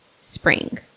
spring